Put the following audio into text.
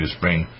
Spring